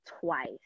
twice